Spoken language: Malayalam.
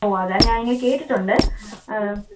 ഓ അതാണ് ഞാൻ ഇങ്ങനെ കേട്ടിട്ടുണ്ട്